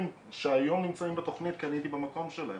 שהיום נמצאים בתכנית כי אני הייתי במקום שלהם.